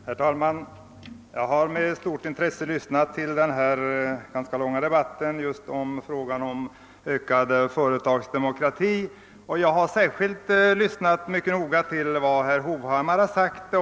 Herr talman! Jag har med stort intresse lyssnat på denna ganska långa debatt om ökad företagsdemokrati, och särskilt noga har jag lyssnat på vad herr Hovhammar anfört.